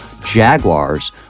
Jaguars